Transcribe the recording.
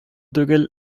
түгел